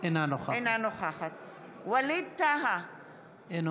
אינה נוכחת ווליד טאהא,